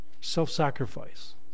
Self-sacrifice